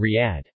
Riyadh